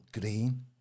green